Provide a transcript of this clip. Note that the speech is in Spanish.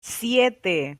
siete